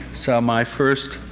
so my first